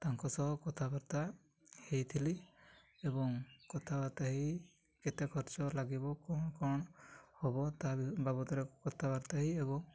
ତାଙ୍କ ସହ କଥାବାର୍ତ୍ତା ହୋଇଥିଲି ଏବଂ କଥାବାର୍ତ୍ତା ହୋଇ କେତେ ଖର୍ଚ୍ଚ ଲାଗିବ କ'ଣ କ'ଣ ହେବ ତା ବାବଦରେ କଥାବାର୍ତ୍ତା ହୋଇ ଏବଂ